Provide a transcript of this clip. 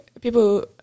people